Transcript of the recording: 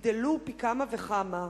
יגדלו פי כמה וכמה.